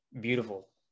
beautiful